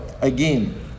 again